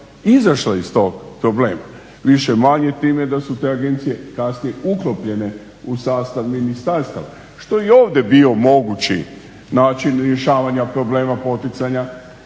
izašla iz tog problema. Više-manje time da su te agencije kasnije uklopljene u sastav ministarstava što je i ovdje bio mogući način rješavanja problema poticanja